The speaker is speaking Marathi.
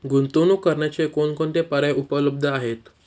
गुंतवणूक करण्याचे कोणकोणते पर्याय उपलब्ध आहेत?